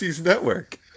network